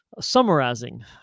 summarizing